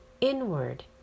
inward